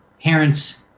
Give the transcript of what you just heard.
parents